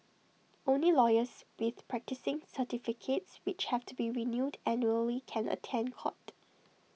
only lawyers with practising certificates which have to be renewed annually can attend court